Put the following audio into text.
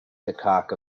cock